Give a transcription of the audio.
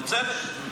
בצדק.